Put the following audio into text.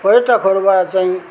पर्यटकहरूबाट चाहिँ